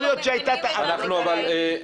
יכול להיות שהייתה --- מיקי,